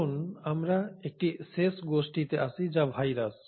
আসুন আমরা একটি শেষ গোষ্ঠীতে আসি যা ভাইরাস